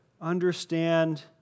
understand